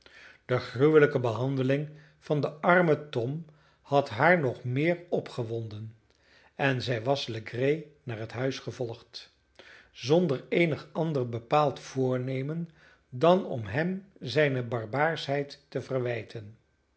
de gruwelijke behandeling van den armen tom had haar nog meer opgewonden en zij was legree naar het huis gevolgd zonder eenig ander bepaald voornemen dan om hem zijne barbaarschheid te verwijten